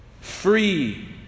free